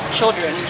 children